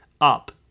Up